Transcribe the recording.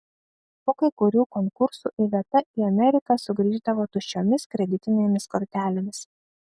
po kai kurių konkursų iveta į ameriką sugrįždavo tuščiomis kreditinėmis kortelėmis